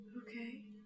Okay